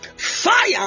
Fire